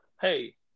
Hey